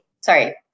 sorry